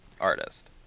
artist